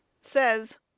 says